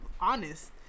honest